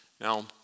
Now